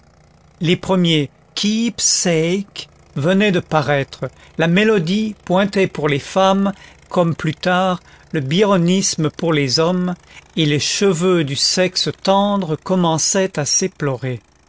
les premiers keepsakes venaient de paraître la mélancolie pointait pour les femmes comme plus tard le byronisme pour les hommes et les cheveux du sexe tendre commençaient à s'éplorer